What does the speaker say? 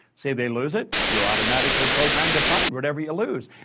say they lose it, you're automatically programmed to find whatever you lose.